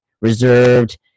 reserved